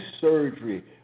surgery